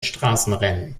straßenrennen